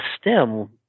stem